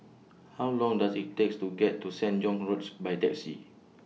How Long Does IT takes to get to Sen John's Roads By Taxi